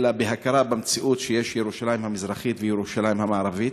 אלא בהכרה במציאות שיש ירושלים המזרחית וירושלים המערבית.